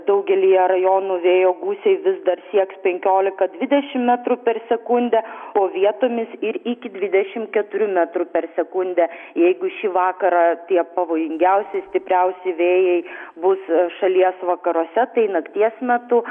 daugelyje rajonų vėjo gūsiai vis dar sieks enkiolika dvidešimt metrų per sekundę o vietomis ir iki dvidešimt keturių metrų per sekundę jeigu šį vakarą tie pavojingiausi stipriausi vėjai buvusio šalies vakaruose tai nakties metu